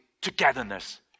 togetherness